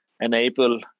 enable